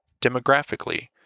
Demographically